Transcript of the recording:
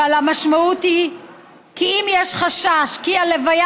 אבל המשמעות היא כי אם יש חשש כי הלוויה